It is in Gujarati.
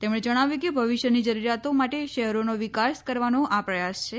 તેમણે જણાવ્યું કે ભવિષ્યની જરૂરિયાતો માટે શહેરોનો વિકાસ કરવાનો આ પ્રયાસ છે